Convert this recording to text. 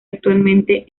actualmente